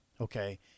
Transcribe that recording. Okay